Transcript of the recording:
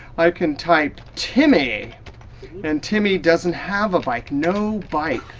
i can type timmy and timmy doesn't have a bike. no bike.